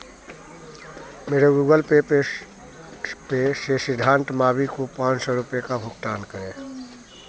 मेरे Google Pay पे से सिधांत मावी को पाँच सौ रुपये का भुगतान करें